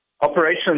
operations